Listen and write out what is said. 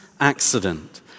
accident